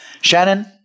Shannon